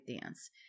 dance